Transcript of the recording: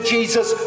Jesus